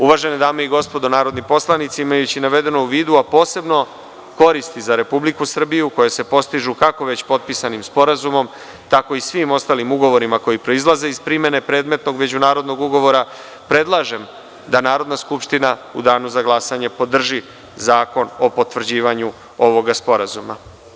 Uvažene dame i gospodi narodni poslanici, imajući navedeno u vidu, a posebno koristi za Republiku Srbiju koje se postižu kako već potpisanim sporazumom, tako i svim ostalim ugovorima koji proizilaze iz primene predmetnog međunarodnog ugovora, predlažem da Narodna Skupština u danu za glasanje podrži Zakon o potvrđivanju ovog sporazuma.